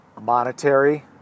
monetary